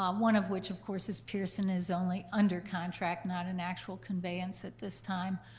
um one of which of course is pearson, is only under contract, not an actual conveyance at this time.